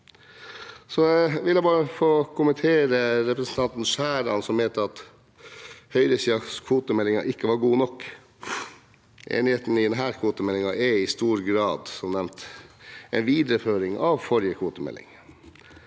Jeg vil bare få kommentere til representanten Skjæran, som mente at høyresidens kvotemeldinger ikke var gode nok: Enigheten i denne kvotemeldingen er som nevnt i stor grad en videreføring av forrige kvotemelding,